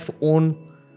own